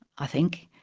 i think,